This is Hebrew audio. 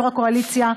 יו"ר הקואליציה,